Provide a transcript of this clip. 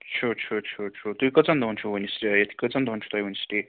sure sure sure sure تُہۍ کٔژَن دۄہَن چھُو وٕنہِ سِٹے ییٚتہِ کٔژَن دۄہَن چھُو تۄہہِ وٕنۍ سِٹے